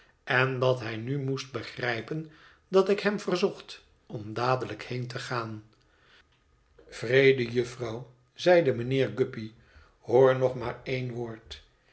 en dat hij nu moest begrijpen dat ik hem verzocht om dadelijk heen te gaan wreede jufvrouw zeide mijnheer guppy hoor nog maar één woord